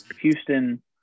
Houston –